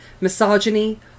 misogyny